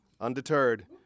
Undeterred